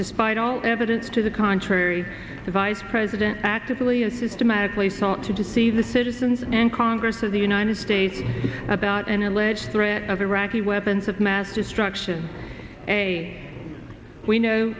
despite all evidence to the contrary the vice president actively is systematically sought to deceive the citizens and congress of the united states about an alleged threat of iraqi weapons of mass destruction hey we know